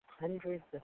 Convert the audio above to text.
hundreds